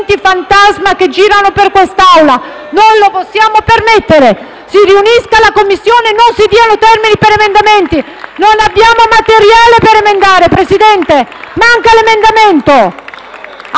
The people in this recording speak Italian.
fantasma che girano in quest'Aula. Non lo possiamo permettere. Si riunisca la Commissione e non si diano termini per i subemendamenti! Non abbiamo materiale per emendare, signor Presidente! Manca l'emendamento.